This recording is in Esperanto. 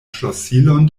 ŝlosilon